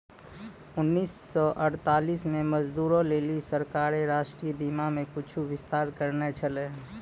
उन्नीस सौ अड़तालीस मे मजदूरो लेली सरकारें राष्ट्रीय बीमा मे कुछु विस्तार करने छलै